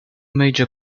major